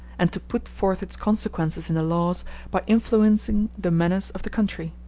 and to put forth its consequences in the laws by influencing the manners of the country.